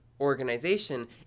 organization